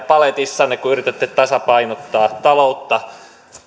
paletissanne kun yritätte tasapainottaa taloutta